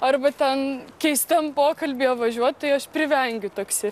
arba ten keistam pokalbyje važiuot tai aš privengiu taksi